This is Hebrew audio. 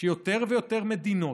שיותר ויותר מדינות,